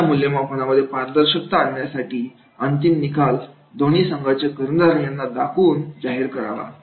अशा मूल्यमापनामध्ये पारदर्शकता आणण्यासाठी अंतिम निकाल दोन्ही संघांचे कर्णधार यांना दाखवून जाहीर करावा